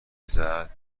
زرد